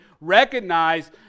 recognize